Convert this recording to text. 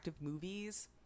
movies